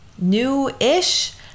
new-ish